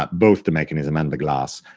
but both the mechanism and the glass,